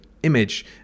Image